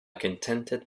contented